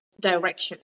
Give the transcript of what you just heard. direction